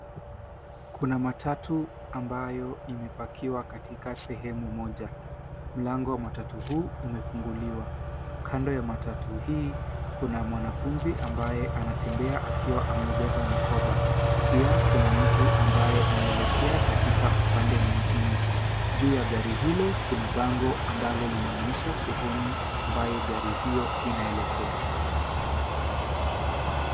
Kuna matatu ambayo imepakiwa katika sehemu moja. Mlango wa matatu huu umefunguliwa. Kando ya matatu hii kuna mwanafunzi ambaye anatembea akiwa ameubeba mkoba. Pia kuna mtu ambaye anaelekea katika upande mwingine. Juu ya gari hilo kuna bango ambalo linaonyesha sehemu ambayo hiyo inaelekea.